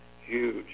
huge